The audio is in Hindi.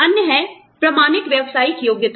अन्य है प्रामाणिक व्यावसायिक योग्यता